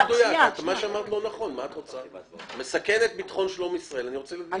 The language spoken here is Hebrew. הוא מסכן את ביטחון הציבור בישראל?